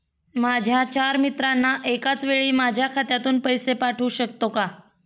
माझ्या चार मित्रांना एकाचवेळी माझ्या खात्यातून पैसे पाठवू शकतो का?